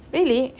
really